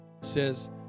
says